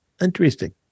interesting